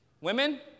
Women